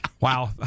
Wow